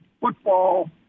football